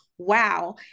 wow